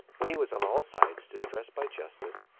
when he was on all sides distressed by justice,